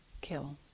kill